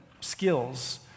skills